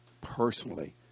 personally